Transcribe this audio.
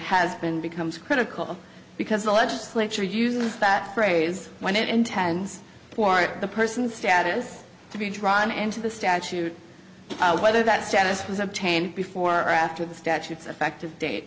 has been becomes critical because the legislature uses that phrase when it intends for the person status to be drawn into the statute whether that status was obtained before or after the statutes effective date